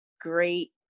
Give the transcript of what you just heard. great